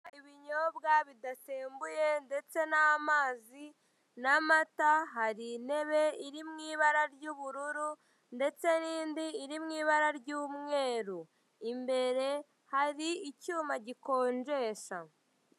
Ibinyobwa bidasembuye ndetse n'amazi n'amata, hari intebe iri mu ibara ry'ubururu ndetse n'indi iri mu ibara ry'umweru. Imbere hari icyuma gikonjesha.